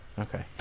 Okay